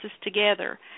together